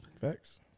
Facts